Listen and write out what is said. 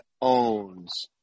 owns